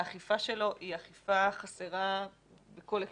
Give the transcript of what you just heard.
האכיפה שלו היא אכיפה חסרה בכל הקשר.